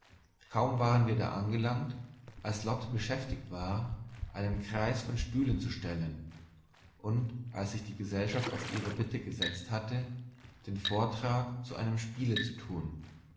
kaum waren wir da angelangt als lotte beschäftigt war einen kreis von stühlen zu stellen und als sich die gesellschaft auf ihre bitte gesetzt hatte den vortrag zu einem spiele zu tun